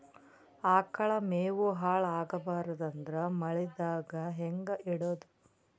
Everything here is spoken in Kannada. ಆಕಳ ಮೆವೊ ಹಾಳ ಆಗಬಾರದು ಅಂದ್ರ ಮಳಿಗೆದಾಗ ಹೆಂಗ ಇಡೊದೊ?